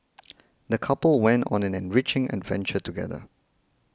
the couple went on an enriching adventure together